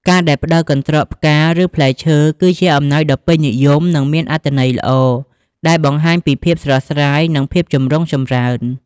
ការដែលផ្តល់ កន្ត្រកផ្កា ឬ ផ្លែឈើ គឺជាអំណោយដ៏ពេញនិយម និងមានអត្ថន័យល្អ ដែលបង្ហាញពីភាពស្រស់ស្រាយ និងភាពចម្រុងចម្រើន។